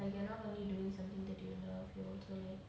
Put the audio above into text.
like you're not only doing something that you love you know so